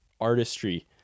artistry